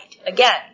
Again